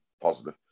positive